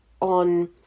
on